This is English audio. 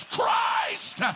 Christ